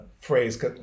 phrase